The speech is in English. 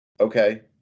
okay